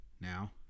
Now